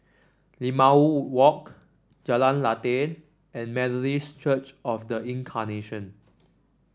Limau Walk Jalan Lateh and Methodist Church Of The Incarnation